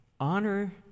Honor